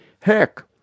Heck